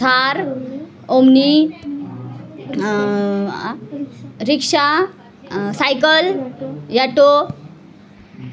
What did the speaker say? Thar omni rickshaw cycle auto